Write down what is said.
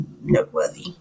noteworthy